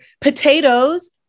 potatoes